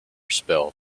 spilled